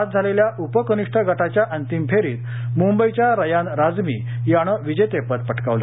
आज झालेल्या उपकनिष्ठ गटाच्या अंतिम फेरीत मुंबईच्या रयान राझमी यानं विजेतेपद पटकावलं